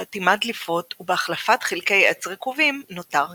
באטימת דליפות ובהחלפת חלקי עץ רקובים נותר כמקודם.